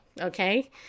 Okay